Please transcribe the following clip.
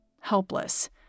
helpless